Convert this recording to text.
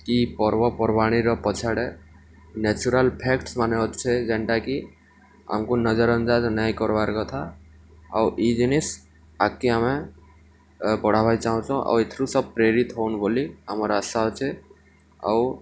କି ପର୍ବପର୍ବାଣିର ପଛ୍ଆଡ଼େ ନେଚୁରାଲ୍ ଫ୍ୟାକ୍ଟ୍ସମାନେ ଅଛେ ଯେନ୍ଟାକି ଆମ୍କୁ ନଜରଅନ୍ଦାଜ୍ ନାଇଁ କର୍ବାର୍ କଥା ଆଉ ଇ ଜିନିଷ୍ ଆଗ୍କେ ଆମେ ବଢ଼ାବାକେ ଚାହୁଁଛୁଁ ଆଉ ଇଥିରୁ ସବ୍ ପ୍ରେରିତ୍ ହଉନ୍ ବୋଲି ଆମର୍ ଆଶା ଅଛେ ଆଉ